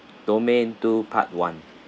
domain two part one